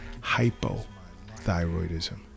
hypothyroidism